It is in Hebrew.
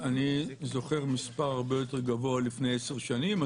אני זוכר מספר הרבה יותר גבוה לפני עשר שנים.